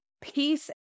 peace